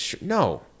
No